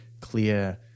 clear